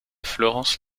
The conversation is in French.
florence